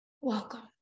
Welcome